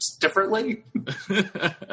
differently